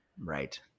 Right